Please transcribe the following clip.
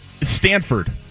Stanford